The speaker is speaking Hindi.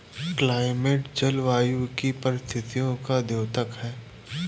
क्लाइमेट जलवायु की परिस्थितियों का द्योतक है